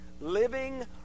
living